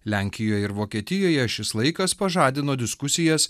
lenkijoj ir vokietijoje šis laikas pažadino diskusijas